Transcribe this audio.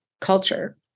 culture